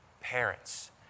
Parents